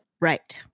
Right